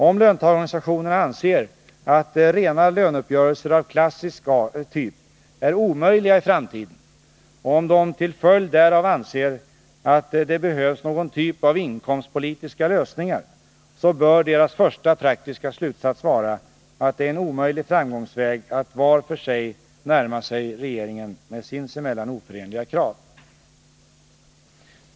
Om löntagarorganisationerna anser att rena löneuppgörelser av klassisk typ är omöjliga i framtiden och om de till följd därav anser att det behövs någon typ av inkomstpolitiska lösningar, så bör deras första praktiska slutsats vara att det är en omöjlig framgångsväg att var för sig närma sig regeringen med sinsemellan oförenliga krav.